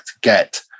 get